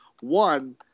One